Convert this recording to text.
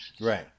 Right